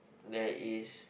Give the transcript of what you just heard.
there is